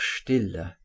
Stille